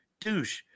douche